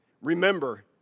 Remember